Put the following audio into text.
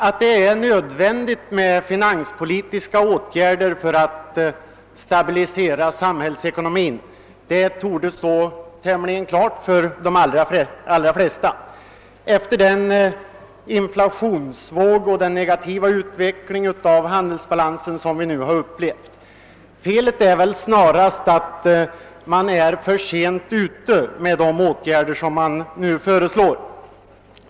Att det är nödvändigt med finanspolitiska åtgärder för att stabilisera samhällsekonomin torde stå tämligen klart för de allra flesta efter den inflationsvåg och negativa utveckling av handelsbalansen som vi har upplevt. Felet är väl snarast att man är för sent ute med de åtgärder man nu föreslår.